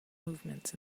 movements